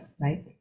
right